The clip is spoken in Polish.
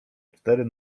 cztery